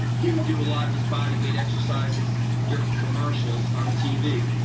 he would do a lot of his body weight exercises during commercials on tv.